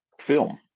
film